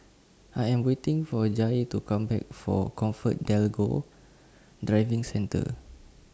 I Am waiting For Jair to Come Back For ComfortDelGro Driving Centre